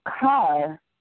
car